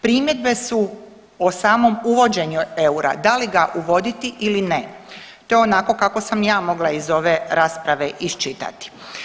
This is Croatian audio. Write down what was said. Primjedbe su o samo uvođenju eura, da li ga uvoditi ili ne, to je onako kako sam ja mogla iz ove rasprave iščitati.